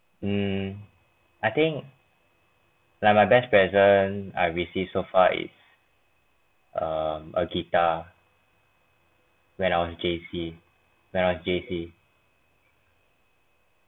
mm I think like my best present I received so far is um a guitar when I'm J_C when I J_C